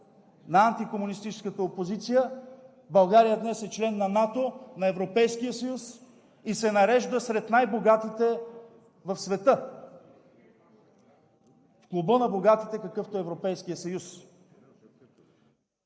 на антикомунистическата опозиция България днес е член на НАТО, на Европейския съюз и се нарежда сред най-богатите в света – в клуба на богатите, какъвто е Европейският съюз.